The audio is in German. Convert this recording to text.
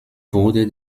wurde